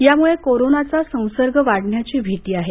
यामुळे कोरोनाचा संसर्ग वाढण्याची भीती आहे